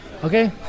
Okay